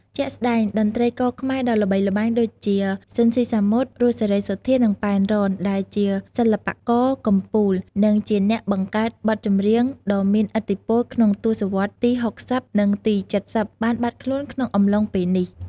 ជាក់ស្តែង តន្ត្រីករខ្មែរដ៏ល្បីល្បាញដូចជា ស៊ីន ស៊ីសាមុត រស់ សេរីសុទ្ធា និង ប៉ែន រ៉ន ដែលជាសិល្បករកំពូល និងជាអ្នកបង្កើតបទចម្រៀងដ៏មានឥទ្ធិពលក្នុងទសវត្សរ៍ទី៦០ និងទី៧០ បាន បាត់ខ្លួនក្នុងអំឡុងពេលនេះ។